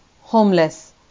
Homeless